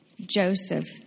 Joseph